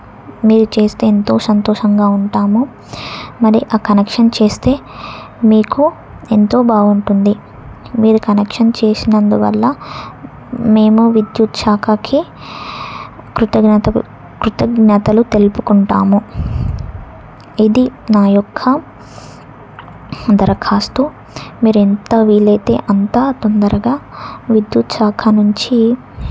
మీరు చేస్తే ఎంతో సంతోషంగా ఉంటాము మరి ఆ కనెక్షన్ చేస్తే మీకు ఎంతో బాగుంటుంది మీరు కనెక్షన్ చేసినందు వల్ల మేము విద్యుత్ శాఖకి కృతజ్ఞత కృతజ్ఞతలు తెలుపుకుంటాము ఇది నా యొక్క దరఖాస్తు మీరు ఎంత వీలైతే అంతా తొందరగా విద్యుత్ శాఖ నుంచి